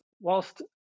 whilst